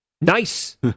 nice